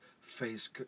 face